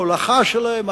הולכה שלהם,